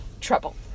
trouble